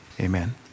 Amen